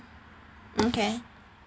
okay